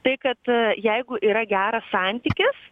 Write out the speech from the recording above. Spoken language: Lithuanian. tai kad jeigu yra geras santykis